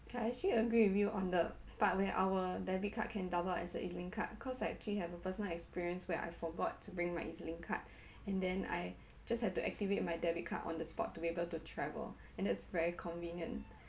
I actually agree with you on the part where our debit card can double up as a ezlink card cause I actually have a personal experience where I forgot to bring my ezlink card and then I just have to activate my debit card on the spot to able to travel and it's very convenient